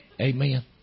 Amen